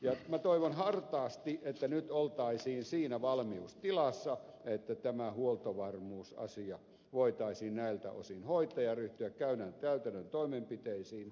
minä toivon hartaasti että nyt oltaisiin siinä valmiustilassa että tämä huoltovarmuusasia voitaisiin näiltä osin hoitaa ja ryhtyä käytännön toimenpiteisiin